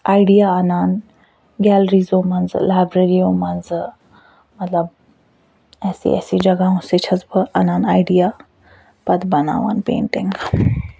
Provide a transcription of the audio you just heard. idea اَنان گٮ۪لریٖزو منٛزٕ لٮ۪برِیو منٛزٕ مطلب ایسی ایسی جگاہوں چھَس بہٕ اَنان آیڈِیا پتہٕ بناوان پیٚنٹِنٛگ